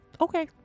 Okay